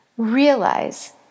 Realize